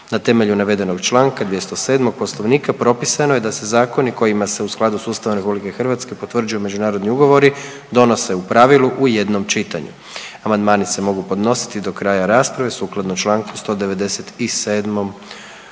Na temelju navedenog čl. 207. Poslovnika propisano je da se zakoni kojima se u skladu s Ustavom RH potvrđuju međunarodni ugovori donose u pravilu u jednom čitanju. Amandmani se mogu podnositi do kraja rasprave sukladno čl. 197. Poslovnika.